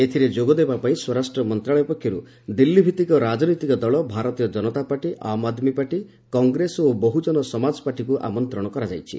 ଏଥିରେ ଯୋଗ ଦେବାପାଇଁ ସ୍ୱରାଷ୍ଟ୍ର ମନ୍ତ୍ରଣାଳୟ ପକ୍ଷରୁ ଦିଲ୍ଲୀଭିଭିକ ରାଜନୈତିକ ଦଳ ଭାରତୀୟ ଜନତା ପାର୍ଟି ଆମ୍ ଆଦ୍ମୀ ପାର୍ଟି କଂଗ୍ରେସ ଓ ବହୁଜନ ସମାଜ ପାର୍ଟିକୁ ଆମନ୍ତ୍ରଣ କରାଯାଇଛି